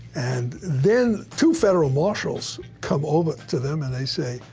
and then, two federal marshals come over to them and they say,